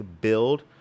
build